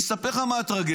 אני אספר לך מה הטרגדיה.